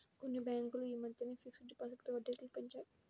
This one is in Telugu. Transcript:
కొన్ని బ్యేంకులు యీ మద్దెనే ఫిక్స్డ్ డిపాజిట్లపై వడ్డీరేట్లను పెంచాయి